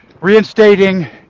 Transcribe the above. reinstating